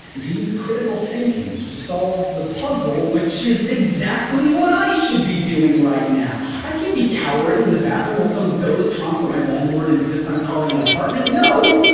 and to use critical thinking to solve the puzzle which is exactly what i should be doing right now. i can't be cowering in the bathroom while some ghost haunts what my landlord insists on calling an apartment, no!